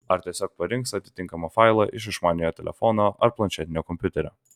ar tiesiog parinks atitinkamą failą iš išmaniojo telefono ar planšetinio kompiuterio